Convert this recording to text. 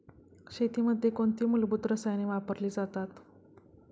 शेतीमध्ये कोणती मूलभूत रसायने वापरली जातात?